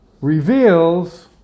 reveals